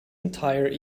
entire